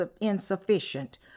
insufficient